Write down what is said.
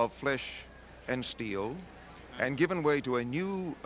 of flesh and steel and given way to a new